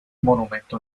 monumento